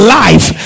life